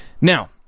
Now